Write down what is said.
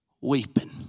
weeping